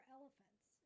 elephants